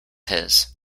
his